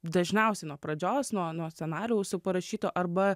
dažniausiai nuo pradžios nuo nuo scenarijaus jau parašyto arba